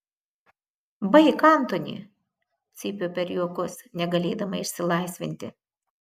baik antoni cypiu per juokus negalėdama išsilaisvinti